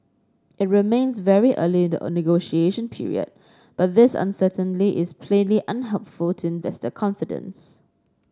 it remains very early in the negotiation period but this uncertainty is plainly unhelpful to investor confidence